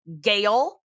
Gail